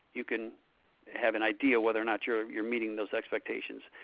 you can have an idea whether or not you're you're meeting those expectations.